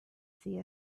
see